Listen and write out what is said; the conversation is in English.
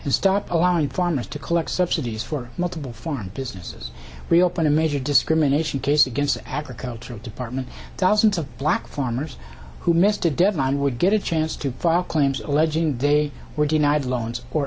and stop allowing farmers to collect subsidies for multiple form businesses reopen a major discrimination case against agricultural department dozens of black farmers who missed a deadline would get a chance to file claims alleging they were denied loans or